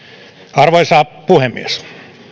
arvoisa puhemies